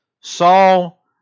Saul